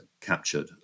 captured